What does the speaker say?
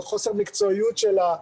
בחוסר המקצועיות שלה.